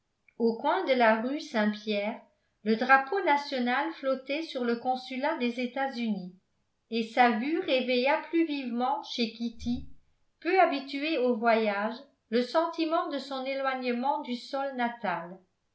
au coin de la rue saint-pierre le drapeau national flottait sur le consulat des etats-unis et sa vue réveilla plus vivement chez kitty peu habituée aux voyages le sentiment de son éloignement du sol natal